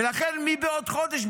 ולכן בעוד חודש,